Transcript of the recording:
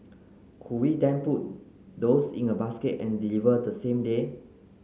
could we then put those in a basket and deliver the same day